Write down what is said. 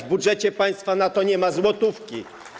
W budżecie państwa na to nie ma ani złotówki.